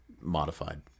modified